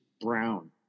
Brown